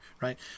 right